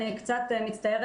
איך אתם עושים את זה.